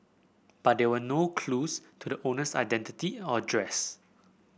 but there were no clues to the owner's identity or address